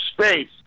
space